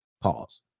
Pause